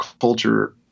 culture